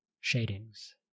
shadings